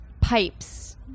pipes